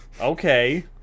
Okay